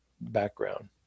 background